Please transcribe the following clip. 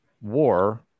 war